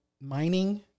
mining